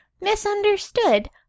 Misunderstood